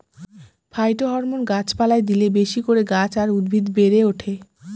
phytohormone গাছ পালায় দিলে বেশি করে গাছ আর উদ্ভিদ বেড়ে ওঠে